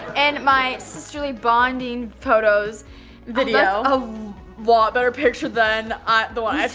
and my sisterly bonding photos video. a lot better picture than ah the one i so